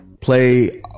play